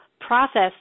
process